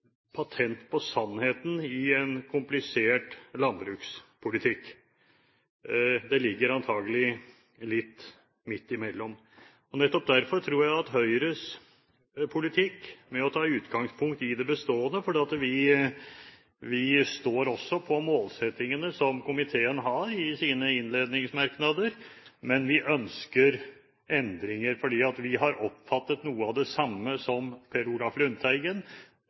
patent på sannheten i en komplisert landbrukspolitikk. Det ligger antakelig litt midt imellom. Nettopp derfor tror jeg på Høyres politikk med å ta utgangspunkt i det bestående. Vi står også på målsettingene som komiteen har i sine innledningsmerknader, men vi ønsker endringer, for vi har oppfattet noe av det samme som Per Olaf Lundteigen